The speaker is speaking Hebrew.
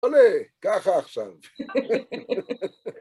עלה, ככה עכשיו.